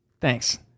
Thanks